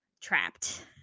trapped